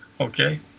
okay